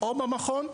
או במכון,